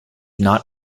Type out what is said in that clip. not